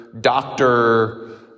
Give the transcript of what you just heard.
doctor